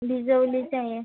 भिजवलीच आहे